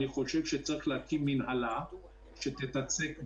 אני חושב שצריך להקים מינהלה שתתעסק בהסדר,